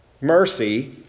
mercy